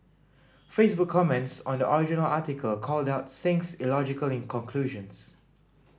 Facebook comments on the original article called out Singh's illogically conclusions